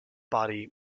body